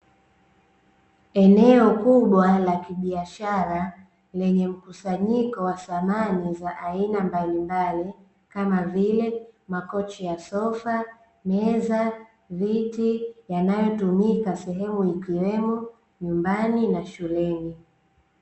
Eneo kubwa la kibiashara lenye mkusanyiko wa samani za aina mbalimbali, kama vile: makochi ya sofa, meza, viti; yanayotumika sehemu ikiwemo: nyumbani na shuleni.